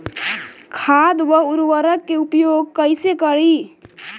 खाद व उर्वरक के उपयोग कइसे करी?